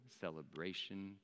celebration